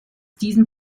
diesem